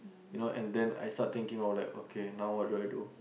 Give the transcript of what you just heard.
you know and then I start thinking of like okay now what do I do